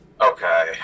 okay